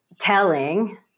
telling